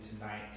tonight